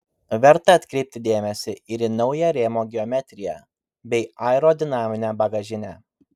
verta atkreipti dėmesį ir į naują rėmo geometriją bei aerodinaminę bagažinę